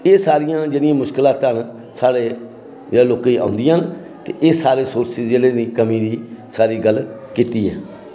एह् सारियां जेह्ड़ियां मुश्कलातां न साढ़े लोकें गी औंदियां न ते एह् सारे सोर्सेज दी सारी गल्ल जेह्ड़ी कीती ऐ